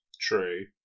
True